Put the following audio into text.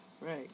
Right